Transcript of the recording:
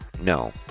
No